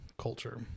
culture